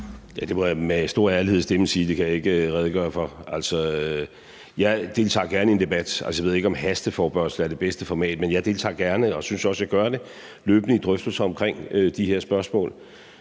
Der må jeg med stor ærlighed i stemmen sige, at det kan jeg ikke redegøre for. Jeg deltager gerne i en debat. Jeg ved ikke, om en hasteforespørgsel er det bedste format. Men jeg deltager gerne – og det synes jeg også at jeg gør – løbende i drøftelser omkring de her spørgsmål